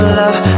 love